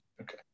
Okay